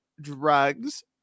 drugs